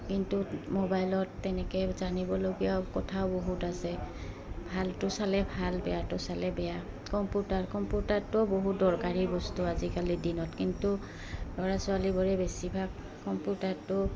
কিন্তু মোবাইলত তেনেকৈ জানিবলগীয়া কথাও বহুত আছে ভালটো চালে ভাল বেয়াটো চালে বেয়া কম্পিউটাৰ কম্পিউটাৰটোও বহুত দৰকাৰী বস্তু আজিকালিৰ দিনত কিন্তু ল'ৰা ছোৱালীবোৰে বেছিভাগ কম্পিউটাৰটো